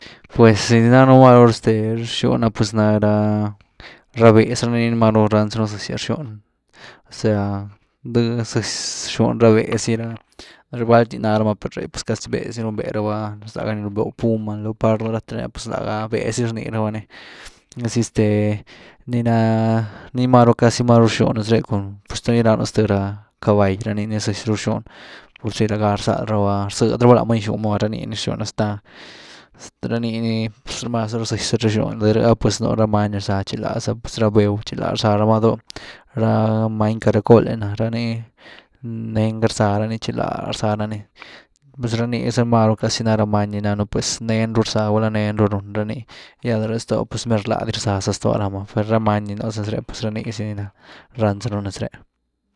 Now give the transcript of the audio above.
Pues ni ránnu este ni rxuny ah pues ná ra-ra béhez, ra nii ni ranzanu máru zëzyas rxuny, za, dë, zëzy rxuny rá béhez gy, ra-ra báalty ná rama per ree. pues casi béhez ni riunbé rabá, zá gá ni riwnbéw puma, leopardo ah ráte rani, pues lágá béhez dis rnii raba ni, asi este nii ná, ni máru, casi maru rtxywny nez re, cun, pues tunirapnu ztë ra, caball ra nii ni zëzy ruu rxywny, pur zy lagaa rzalraba, rzëdy raba lama gyxwny mava, ranii ni rxwny hasta, ra niini máru zëzy zaru rxywny de rhï ah pues nú do ra many nii rzä txiláz ah pues ra béhew txiláz rzaa rama do’h, rá many caracol eh na, rany neen gá rza ra ni txiñáz rzá ra ni pues rani za máru casi ná ra many ni náhan nu’ pues nehen ru rzá gulá nehen ru run rany gya de rhë zto’ pues mer lá diz rzaa ramá. per ra many za ni nú nes ree pues ra nii zy ni na ni ráhn za nú nez ré.